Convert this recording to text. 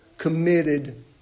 Committed